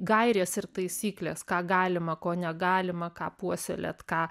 gairės ir taisyklės ką galima ko negalima ką puoselėt ką